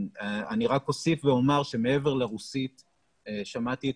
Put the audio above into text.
אני רק אוסיף ואומר שמעבר לרוסית שמעתי את